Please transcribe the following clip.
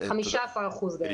15% בערך.